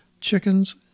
chickens